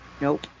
Nope